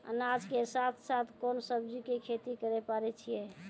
अनाज के साथ साथ कोंन सब्जी के खेती करे पारे छियै?